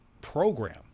program